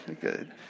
Good